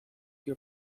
your